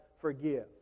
forgive